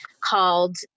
called